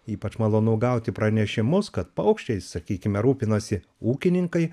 ypač malonu gauti pranešimus kad paukščiais sakykime rūpinasi ūkininkai